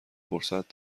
فرصت